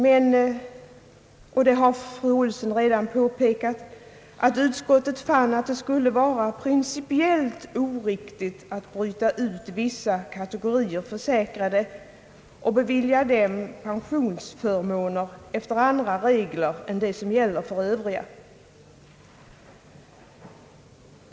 Fru Olsson har redan påpekat, att utskottet fann att det skulle vara principiellt oriktigt att bryta ut vissa kategorier försäkrade och bevilja dem pensionsförmåner efter andra regler än som gäller för övriga.